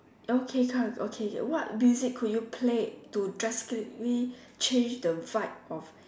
okay come okay what music could you play to drastically change the vibe of